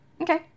Okay